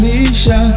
Felicia